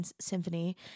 Symphony